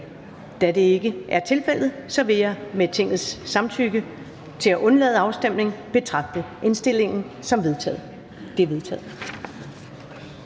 Da det ikke er tilfældet, vil jeg med Tingets samtykke til at undlade afstemning betragte indstillingen som vedtaget.